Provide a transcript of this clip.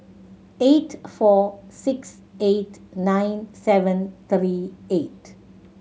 eight four six eight nine seven three eight